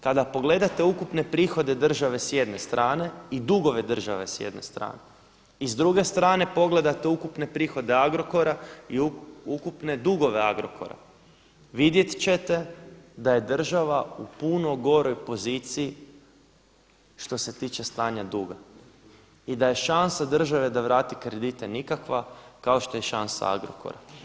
Kada pogledate ukupne prihode države s jedne strane i dugove države s jedne strane i s druge strane pogledate ukupne prihode Agrokora i ukupne dugove Agrokora vidjet ćete da je država u puno goroj poziciji što se tiče stanja duga i da je šansa države da vrati kredite nikakva kao što je i šansa Agrokora.